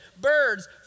birds